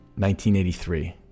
1983